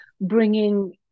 bringing